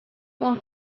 while